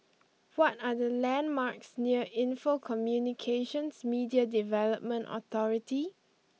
what are the landmarks near Info Communications Media Development Authority